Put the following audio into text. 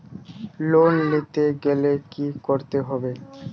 Loan নিতে গেলে কি করতে হবে?